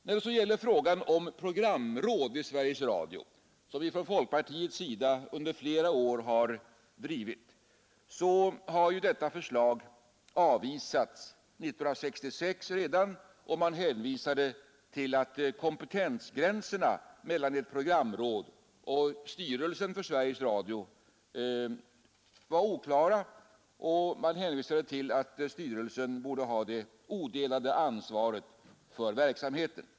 Förslaget om inrättande av programråd i Sveriges Radio, en fråga som vi i folkpartiet under flera år har drivit, avvisades redan 1966. Man hänvisade då till att kompetensgränserna mellan ett programråd och styrelsen för Sveriges Radio var oklara och menade, att styrelsen borde ha det odelade ansvaret för verksamheten.